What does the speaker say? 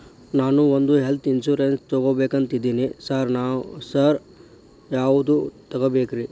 ನಾನ್ ಒಂದ್ health insurance ತಗಬೇಕಂತಿದೇನಿ sir ಯಾವದ ತಗಬೇಕ್ರಿ?